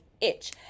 itch